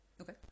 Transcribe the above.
okay